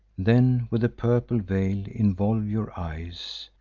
then with a purple veil involve your eyes,